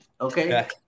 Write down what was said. okay